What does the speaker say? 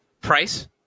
Price